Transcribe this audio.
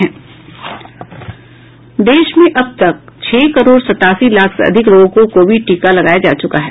देश में अब तक छह करोड़ सतासी लाख से अधिक लोगों को कोविड टीका लगाया जा चुका है